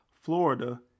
Florida